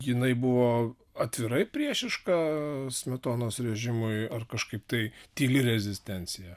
jinai buvo atvirai priešiška smetonos režimui ar kažkaip tai tyli rezistencija